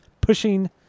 Pushing